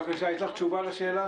בבקשה, יש לך תשובה לשאלה?